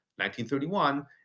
1931